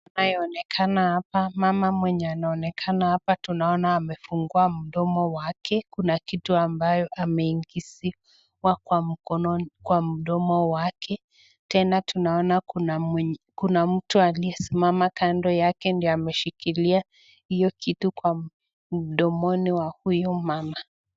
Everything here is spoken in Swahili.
Inayooenekana hapa mama anayoonekana hapa ni mama amefungua mdomo yake, kuna kitu ambaye ameingiziwa kwa mdomo wake. Tena tunaona kuna mtu aliyesimama kando yake ndio ameshikilia hiyo kitu kwa mdomoni wa huyo mama.